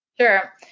Sure